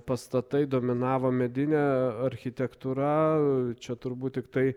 pastatai dominavo medinė architektūra čia turbūt tiktai